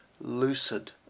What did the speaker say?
lucid